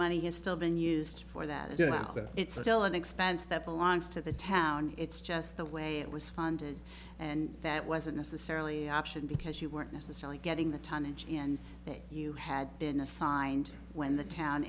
money has still been used for that it's still an expense that belongs to the town it's just the way it was funded and that wasn't necessarily option because you weren't necessarily getting the tonnage in that you had been assigned when the town